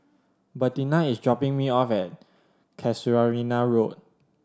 Bettina is dropping me off at Casuarina Road